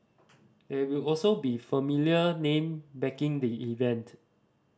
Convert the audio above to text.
there will also be a familiar name backing the event